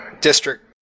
District